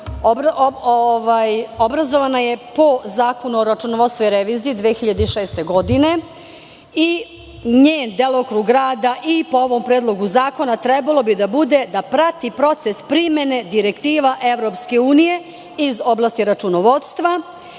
obrazovana je po Zakonu o računovodstvu i reviziji 2006. godine i njen delokrug rada i po ovom predlogu zakona trebalo bi da bude da prati proces primene direktiva EU iz oblasti računovodstva